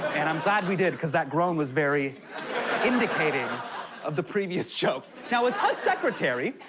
and i'm glad we did cause that groan was very indicating of the previous joke. now, as hud secretary,